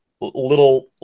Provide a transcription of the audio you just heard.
little